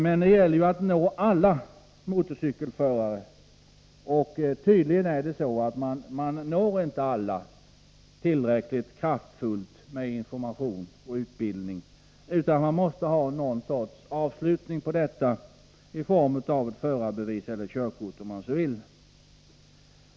Men det gäller ju att nå alla motorcykelförare, och tydligen når man inte alla tillräckligt kraftfullt med enbart information och utbildning. Det måste till något slag av avslutning på detta i form av körkortsprov eller förarbevis...